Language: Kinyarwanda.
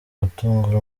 gutungura